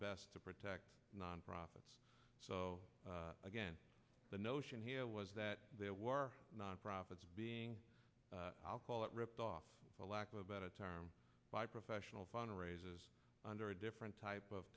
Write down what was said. best to protect non profits so again the notion here was that there were non profits being i'll call it ripped off for lack of a better term by professional fund raisers under a different type of